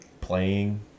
playing